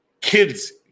kids